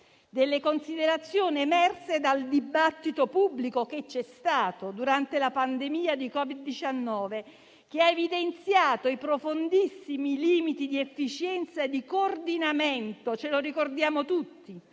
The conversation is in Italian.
delle considerazioni emerse dal dibattito pubblico che c'è stato durante la pandemia da Covid-19, che ha evidenziato i profondissimi limiti di efficienza e di coordinamento - ce lo ricordiamo tutti